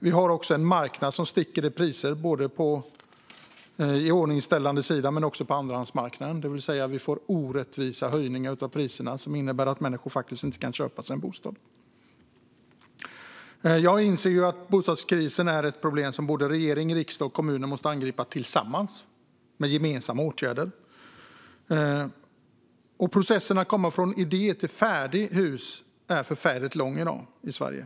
Vi har också en marknad där priserna sticker iväg, både när det gäller iordningställande och andrahandsmarknad. Vi får alltså orättvisa höjningar av priserna, som innebär att människor inte kan köpa sig en bostad. Jag inser att bostadskrisen är ett problem som regering, riksdag och kommuner måste angripa tillsammans, med gemensamma åtgärder. Processen för att komma från idé till färdigt hus är förfärligt lång i Sverige i dag.